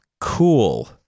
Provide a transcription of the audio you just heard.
Cool